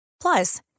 Plus